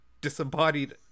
disembodied